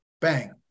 Bang